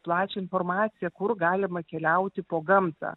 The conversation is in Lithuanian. plačią informaciją kur galima keliauti po gamtą